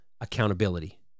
accountability